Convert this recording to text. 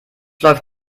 läuft